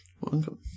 Welcome